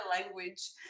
language